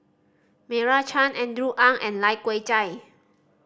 Meira Chand Andrew Ang and Lai Kew Chai